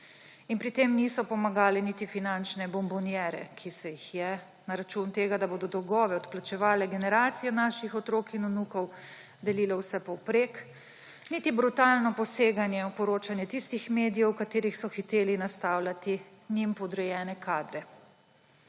pri tem niso pomagale niti finančne bombonjere, ki se jih je na račun tega, da bodo dolgove odplačevale generacije naših otrok in vnukov, delilo vsepovprek, niti brutalno poseganje v poročanje tistih medijev, v katere so hiteli nastavljati njim podrejene kadre.